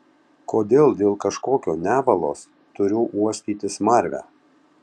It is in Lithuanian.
kodėl dėl kažkokio nevalos turiu uostyti smarvę